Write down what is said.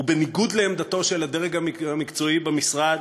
ובניגוד לעמדתו של הדרג המקצועי במשרד,